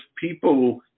people